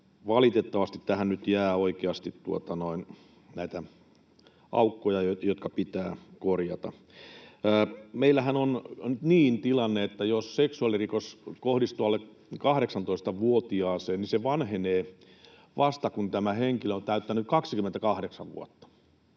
valitettavasti tähän nyt jää oikeasti näitä aukkoja, jotka pitää korjata. Meillähän on tilanne niin, että jos seksuaalirikos kohdistuu alle 18‑vuotiaaseen, niin se vanhenee vasta, kun tämä henkilö on täyttänyt 28 vuotta.